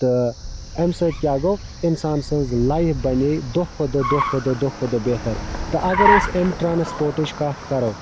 تہٕ امہِ سۭتۍ کیاہ گوٚو اِنسان سٕنٛز لایف بَنے دۄہ کھۄتہٕ دۄہ دۄہ کھۄتہٕ دۄہ دۄہ کھۄتہٕ دۄہ بہتَر تہٕ اَگَر أسۍ امہِ ٹرانسپوٹٕچ کتھ کَرَو